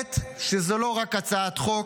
האמת היא שזו לא רק הצעת חוק.